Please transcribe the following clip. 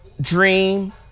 dream